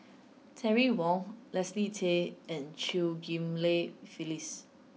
Terry Wong Leslie Tay and Chew Ghim Lian Phyllis